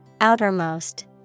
Outermost